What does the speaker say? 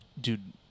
dude